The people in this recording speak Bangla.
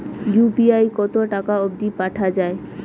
ইউ.পি.আই কতো টাকা অব্দি পাঠা যায়?